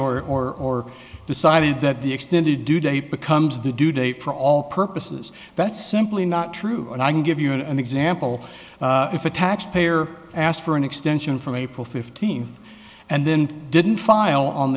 conflated or decided that the extended due date becomes the due date for all purposes that's simply not true and i can give you an example if attached payer asked for an extension from april fifteenth and then didn't file on